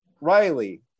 Riley